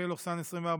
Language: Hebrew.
פ/2371/24,